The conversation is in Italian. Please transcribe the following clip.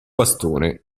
bastone